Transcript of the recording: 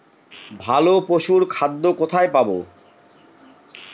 ভালো পশুর খাদ্য কোথায় পাবো?